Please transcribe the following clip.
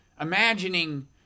imagining